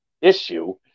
issue